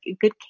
good